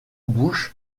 bouche